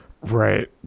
Right